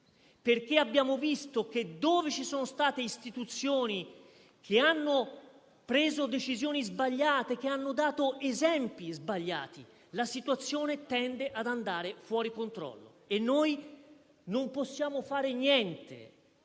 abbiamo visto che, dove le istituzioni hanno preso decisioni sbagliate e hanno dato esempi sbagliati, la situazione tende ad andare fuori controllo. Noi non possiamo attuare